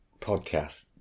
podcast